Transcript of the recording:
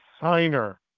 signer